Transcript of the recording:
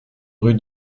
rue